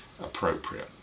appropriate